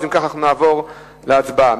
אם כך נעבור להצבעה.